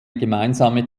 gemeinsame